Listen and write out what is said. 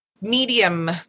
medium